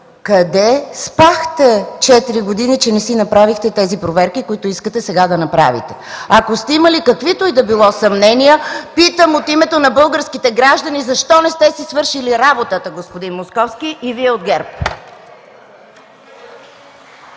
къде спахте четири години, че не си направихте тези проверки, които искате сега да направите? Ако сте имали каквито и да е съмнения, питам, от името на българските граждани, защо не сте си свършили работата, господин Московски и Вие от ГЕРБ?